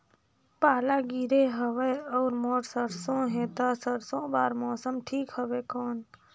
पाला गिरे हवय अउर मोर सरसो हे ता सरसो बार मौसम ठीक हवे कौन?